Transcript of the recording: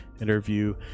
interview